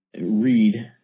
read